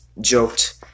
joked